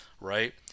right